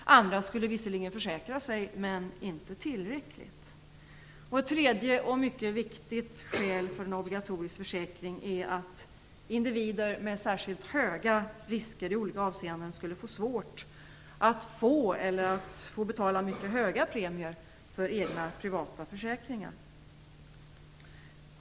Andra skulle visserligen försäkra sig men inte tillräckligt. Ett tredje och mycket viktigt skäl för en obligatorisk försäkring är att individer med i olika avseenden särskilt höga risker skulle få svårt att skaffa sig eller skulle få betala mycket höga premier för egna privata försäkringar.